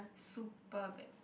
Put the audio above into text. super bad